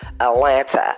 Atlanta